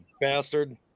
bastard